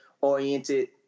oriented